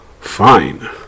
Fine